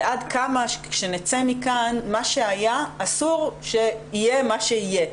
ועד כמה כשנצא מכאן אסור שיהיה מה שיהיה.